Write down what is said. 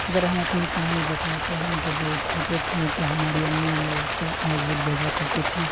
اگر ہم اپنی کہانی بتائیں تو ہم جب بہت چھوٹے تھے تو ہماری امی ہم لوگوں کو مسجد بھیجا کرتی تھی